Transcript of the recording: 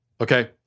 Okay